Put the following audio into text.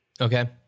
Okay